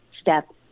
step